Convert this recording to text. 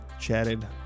chatted